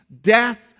death